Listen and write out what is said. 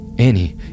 Annie